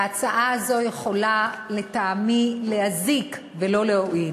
ההצעה הזאת יכולה, לטעמי, להזיק, ולא להועיל.